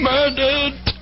Murdered